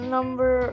Number